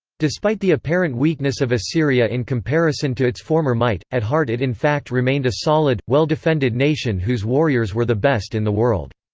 despite the apparent weakness of assyria in comparison to its former might, at heart it in fact remained a solid, well defended nation whose warriors were the best in the world.